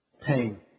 pain